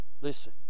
Listen